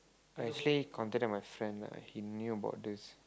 actually contact with my friend lah he knew about this